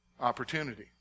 Opportunity